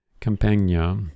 Campania